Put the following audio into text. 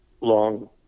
long